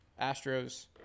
Astros